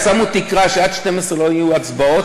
שמו תקרה שעד 24:00 לא יהיו הצבעות.